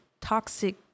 toxic